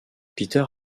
peter